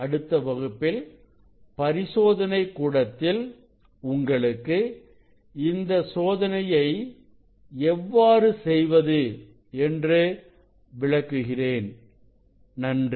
அடுத்த வகுப்பில் பரிசோதனை கூடத்தில் உங்களுக்கு இந்த சோதனையை எவ்வாறு செய்வது என்று விளக்குகிறேன் நன்றி